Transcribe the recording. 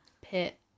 pit